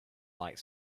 like